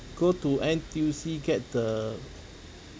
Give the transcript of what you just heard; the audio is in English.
go to N_T_U_C get the